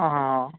ಹಾಂ ಹಾಂ ಹಾಂ